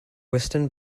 western